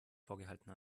vorgehalten